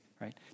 right